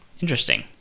Interesting